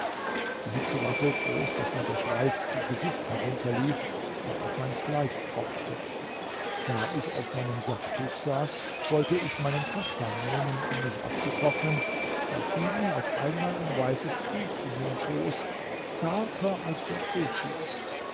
die hitze war so groß daß mir der schweiß zum gesicht herunterlief und auf mein kleid tropfte da ich auf meinem sacktuch saß wollte ich meinen kaftan nehmen um mich abzutrocknen da fiel mir auf einmal ein weißes tuch in den schoß zarter als der zephyr